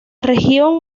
región